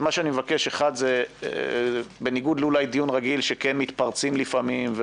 אז מה שאני מבקש הוא: אחד בניגוד אולי לדיון רגיל שכן מתפרצים לפעמים,